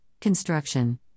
construction